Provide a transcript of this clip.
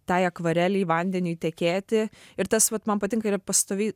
tai akvarelei vandeniui tekėti ir tas vat man patinka yra pastoviai